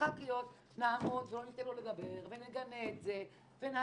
כח"כיות נעמוד ולא ניתן לו לדבר ונגנה את זה ונעשה.